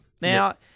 Now